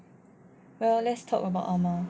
well let's talk about ah ma